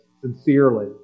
sincerely